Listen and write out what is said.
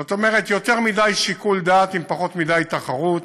זאת אומרת, יותר מדי שיקול דעת עם פחות מדי תחרות,